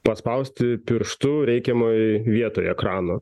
paspausti pirštu reikiamoj vietoje ekrano